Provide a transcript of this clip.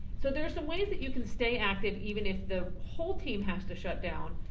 so there's some ways that you can stay active, even if the whole team has to shut down.